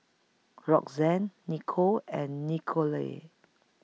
Roxanne Nicole and Nikole